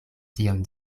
tion